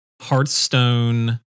Hearthstone